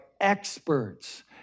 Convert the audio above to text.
experts